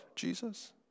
jesus